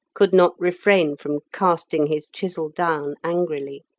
could not refrain from casting his chisel down angrily.